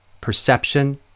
Perception